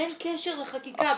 אין קשר לחקיקה.